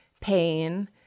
pain